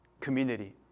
community